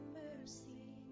mercy